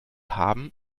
haben